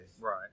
Right